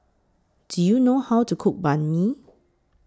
Do YOU know How to Cook Banh MI